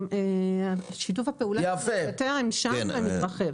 שיתוף הפעולה שלנו עם בטרם שם ומתרחב.